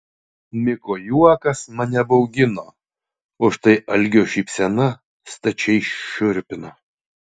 miko juokas mane baugino o štai algio šypsena stačiai šiurpino